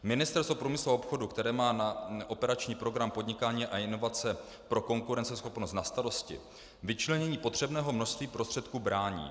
Ministerstvo průmyslu a obchodu, které má na operační program Podnikání a inovace pro konkurenceschopnost na starosti, vyčlenění potřebného množství prostředků brání.